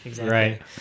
Right